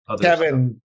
Kevin